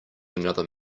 another